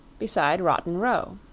beside rotten row.